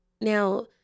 Now